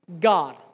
God